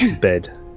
bed